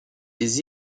des